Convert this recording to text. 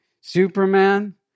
Superman